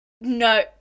No